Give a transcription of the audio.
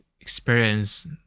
experience